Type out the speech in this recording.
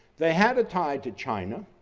they had a tie to china,